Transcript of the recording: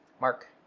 Mark